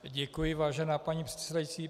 Děkuji, vážená paní předsedající.